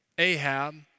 Ahab